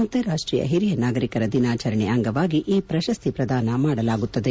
ಅಂತಾರಾಷ್ಷೀಯ ಹಿರಿಯ ನಾಗರಿಕರ ದಿನಾಚರಣೆ ಅಂಗವಾಗಿ ಈ ಪ್ರಶಸ್ತಿ ಪ್ರದಾನ ಮಾಡಲಾಗುತ್ತದೆ